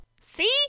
See